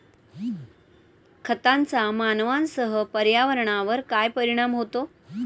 खतांचा मानवांसह पर्यावरणावर काय परिणाम होतो?